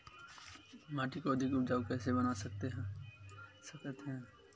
माटी को अधिक उपजाऊ कइसे बना सकत हे?